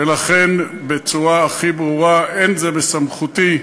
ולכן, בצורה הכי ברורה: אין זה בסמכותי,